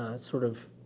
sort of,